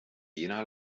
jena